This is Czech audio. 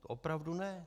Opravdu ne.